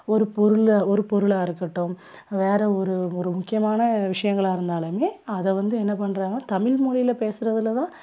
ஒரு பொருளை ஒரு பொருளாக இருக்கட்டும் வேறு ஒரு ஒரு முக்கியமான விஷயங்களாக இருந்தாலுமே அதை வந்து என்ன பண்ணுறாங்க தமிழ்மொலில பேசுறதில் தான்